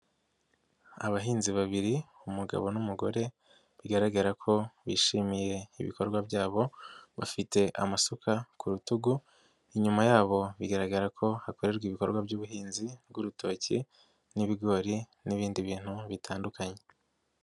Abahinzi babiri umugabo n'umugore, bigaragara ko bishimiye ibikorwa byabo, bafite amasuka ku rutugu, inyuma yabo bigaragara ko hakorerwa ibikorwa by'ubuhinzi bw'urutoki, n'ibigori n'ibindi bintu bitandukanye.